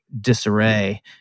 disarray